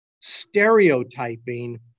stereotyping